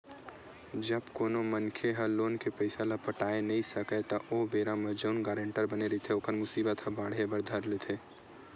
जब कोनो मनखे ह लोन के पइसा ल पटाय नइ सकय त ओ बेरा म जउन गारेंटर बने रहिथे ओखर मुसीबत ह बाड़हे बर धर लेथे